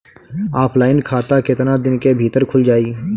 Offline खाता केतना दिन के भीतर खुल जाई?